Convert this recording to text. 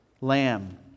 lamb